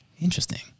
Interesting